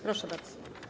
Proszę bardzo.